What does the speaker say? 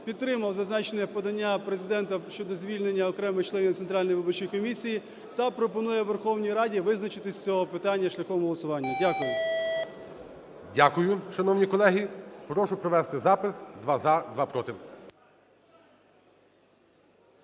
підтримав зазначене подання Президента щодо звільнення окремо членів Центральної виборчої комісії та пропонує Верховній Раді визначитися з цього питання шляхом голосування. Дякую. ГОЛОВУЮЧИЙ. Дякую. Шановні колеги, прошу провести запис: два – за, два – проти.